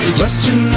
Question